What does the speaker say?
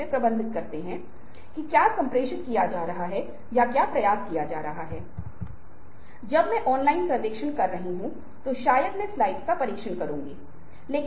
बलवृद्धि करना पुनरावृत्ति है इसे अलग अलग तरीकों से और विभिन्न प्रकार की किस्मों में किया जाता है और इसे अलग अलग संदर्भों में इस्तेमाल किया जा सकता है जैसा कि बदलने में संकेत दिया गया है